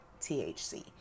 THC